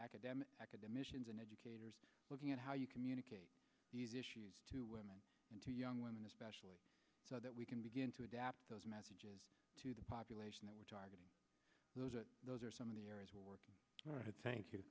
academic academicians and educators looking at how you communicate these issues to women and to young women especially so that we can begin to adapt those messages to the population that we're targeting those are those are some of the areas where we're going to tank you